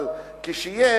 אבל כשיש